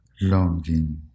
longing